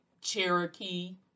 Cherokee